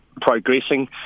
progressing